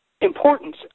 importance